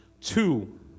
two